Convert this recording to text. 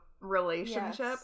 relationship